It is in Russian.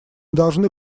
должны